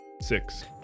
Six